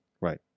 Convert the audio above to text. Right